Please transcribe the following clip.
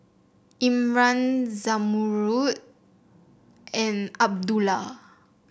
Imran Zamrud and Abdullah